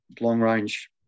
long-range